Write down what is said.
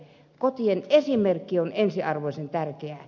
kotien esimerkki on ensiarvoisen tärkeä